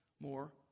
more